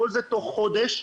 כל זה תוך חודש,